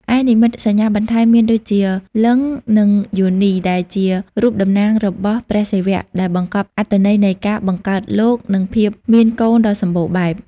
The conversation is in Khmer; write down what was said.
ឯនិមិត្តសញ្ញាបន្ថែមមានដូចជា លីង្គ និងយោនី ដែលជារូបតំណាងរបស់ព្រះសិវៈ ដែលបង្កប់អត្ថន័យនៃការបង្កើតលោក និងភាពមានកូនដ៏សម្បូរបែប។